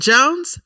Jones